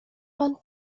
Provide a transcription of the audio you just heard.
pan